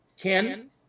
Ken